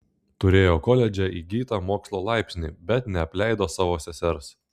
turėjo koledže įgytą mokslo laipsnį bet neapleido savo sesers